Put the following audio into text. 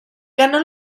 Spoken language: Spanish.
ganó